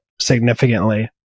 significantly